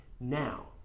Now